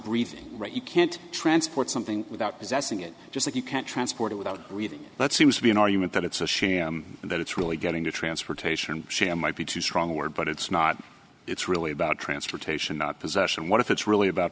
breathing right you can't transport something without possessing it just like you can't transport it without reading that seems to be an argument that it's a shame and that it's really getting to transportation and share might be too strong a word but it's not it's really about transportation not possession what if it's really about